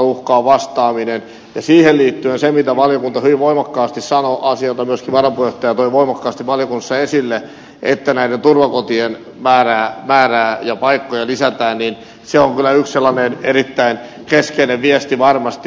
uhkaan vastaaminen ja siihen liittyen se mitä valiokunta hyvin voimakkaasti sanoi ne asiat joita myöskin varapuheenjohtaja toi voimakkaasti valiokunnassa esille se että näiden turvakotien määrää ja paikkoja lisätään on kyllä yksi erittäin keskeinen viesti varmasti